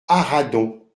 arradon